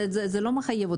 וזה לא מחייב אותם.